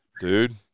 Dude